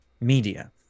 media